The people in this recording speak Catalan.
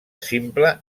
simple